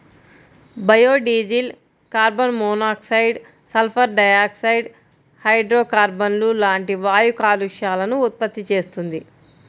biodiesel carbon monoxide, sulphur dioxide, హైడ్రోకార్బన్లు లాంటి వాయు కాలుష్యాలను ఉత్పత్తి చేస్తుంది